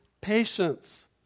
patience